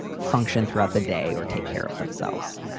function throughout the day or take care of themselves.